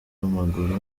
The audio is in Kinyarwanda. w’amaguru